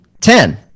Ten